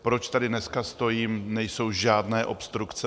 To, proč tady dneska stojím, nejsou žádné obstrukce.